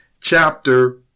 chapter